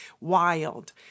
wild